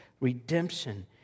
Redemption